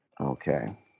Okay